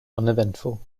uneventful